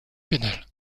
pénal